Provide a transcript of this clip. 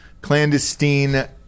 clandestine